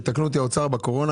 תקנו אותי בקורונה,